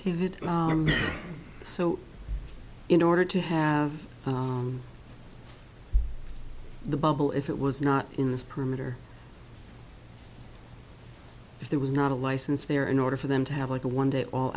did so in order to have the bubble if it was not in this perimeter if there was not a license there in order for them to have like a one day all